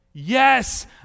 Yes